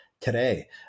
today